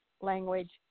Language